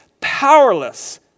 powerless